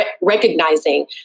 recognizing